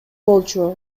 болчу